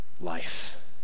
life